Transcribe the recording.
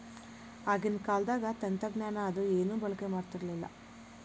ಆಗಿನ ಕಾಲದಾಗ ತಂತ್ರಜ್ಞಾನ ಅದು ಏನು ಬಳಕೆ ಮಾಡತಿರ್ಲಿಲ್ಲಾ